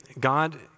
God